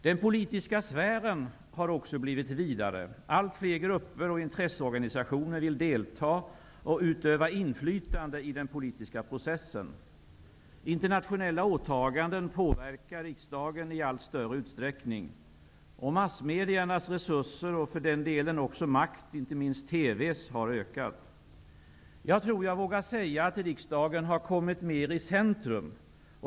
Den politiska sfären har blivit vidare. Allt fler grupper och intresseorganisationer vill delta och utöva inflytande i den politiska processen. Internationella åtaganden påverkar riksdagen i allt större utsträckning. Massmediernas resurser och för den delen också makt -- inte minst TV:s -- har ökat. Jag tror jag vågar säga att riksdagen har kommit alltmer i centrum.